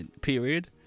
period